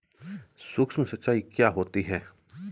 सुक्ष्म सिंचाई क्या होती है?